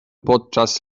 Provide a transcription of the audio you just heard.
podczas